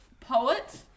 poet